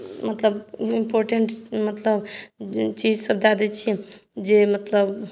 मतलब इम्पोर्टेन्ट मतलब चीज सभ दए दै छी जे मतलब